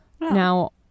now